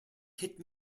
hit